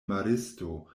maristo